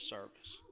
Service